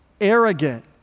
arrogant